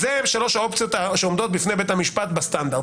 אלה שלוש האופציות שעומדות בפני בית המשפט בסטנדרט.